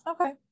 Okay